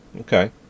Okay